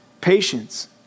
patience